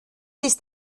ist